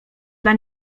dla